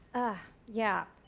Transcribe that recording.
ah yeah,